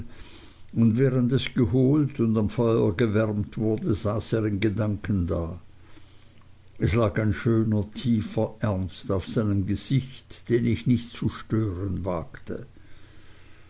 und während es geholt und am feuer gewärmt wurde saß er in gedanken da es lag ein schöner tiefer ernst auf seinem gesicht den ich nicht zu stören wagte